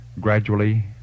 Gradually